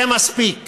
זה מספיק